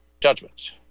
judgments